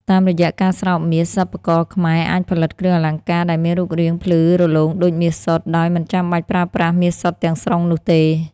តាមរយៈការស្រោបមាស សិប្បករខ្មែរអាចផលិតគ្រឿងអលង្ការដែលមានរូបរាងភ្លឺរលោងដូចមាសសុទ្ធ ដោយមិនចាំបាច់ប្រើប្រាស់មាសសុទ្ធទាំងស្រុងនោះទេ។